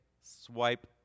swipe